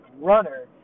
runner